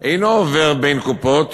אינו עובר בין קופות